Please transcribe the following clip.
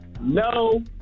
No